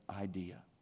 idea